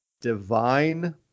divine